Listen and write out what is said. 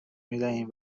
میدهیم